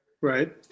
Right